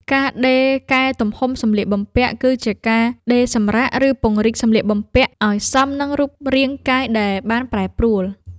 ការដេរកែទំហំសម្លៀកបំពាក់ គឺជាការដេរសម្រក ឬពង្រីកសម្លៀកបំពាក់ឱ្យសមនឹងរូបរាងកាយដែលបានប្រែប្រួល។